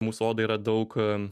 mūsų oda yra daug